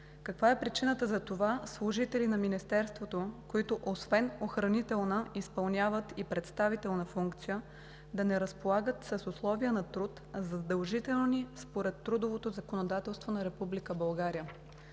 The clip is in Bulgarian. каква е причината служители на Министерството, които освен охранителна, изпълняват и представителна функция, да не разполагат с условия на труд, задължителни според трудовото законодателство на